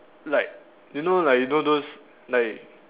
like you know like you know those like